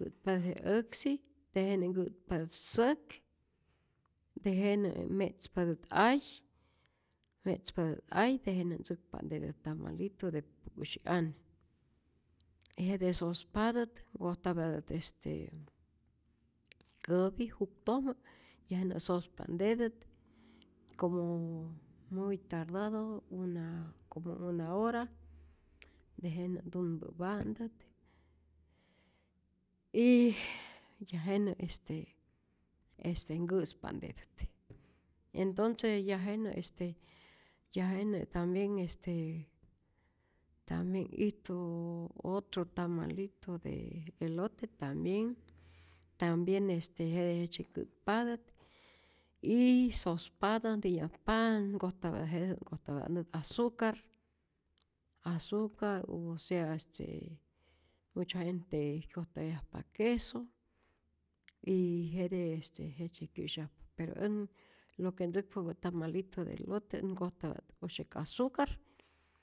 kä't patät je äksi, tejenä nkätpatät säk, tejenä me'tzpatät ay, me'tzpatät ay, tejenä ntzäkpa'ntetät tamalitu de pu'syi'ane, y jete sospatät nkojtapyatät este käpi juktojmä ya jenä sospa'ntetät como muy tardado una como una hora, tejenä tunpä'pä'ntät y ya jenä este este nkä'spa'ntetät, entonce ya jenä ya jenä tambien, este tambien ijtu otro tamalitu de elote tambien, tambien este jete jejtzye nkä'tpatät y sospatä ntiyajpa' nkojtapya jete nkojtapya't nä' azucar, azucar o sea este mucha gente kyojtayajpa queso y jete jejtzye kyä'syajpa pero än lo que ntzäkpapät tamalito de elote aj nkojtapya't usyäk azucar